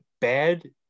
bad